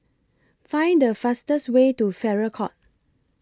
Find The fastest Way to Farrer Court